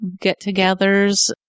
get-togethers